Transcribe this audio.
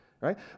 right